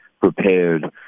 prepared